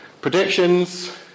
predictions